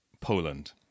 poland